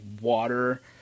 water